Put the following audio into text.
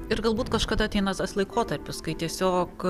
ir galbūt kažkada ateina tas laikotarpis kai tiesiog